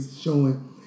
showing